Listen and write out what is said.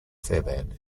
fairbairn